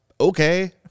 Okay